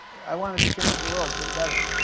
i wanted to change the world for the better.